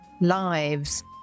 lives